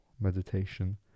meditation